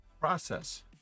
process